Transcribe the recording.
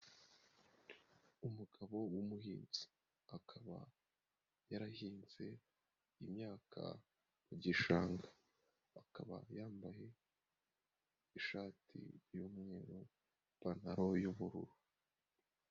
Umugabo wumuhinzi, akaba yarahinze imyaka mu gishanga, akaba yambaye ishati y'umweru, n'ipantaro y'ubururu.